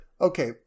okay